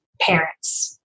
parents